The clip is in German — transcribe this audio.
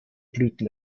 brüten